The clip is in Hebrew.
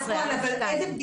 נכון, אבל איזה בדיקה?